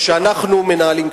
שאנחנו מנהלים,